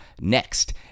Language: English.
next